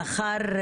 לאחר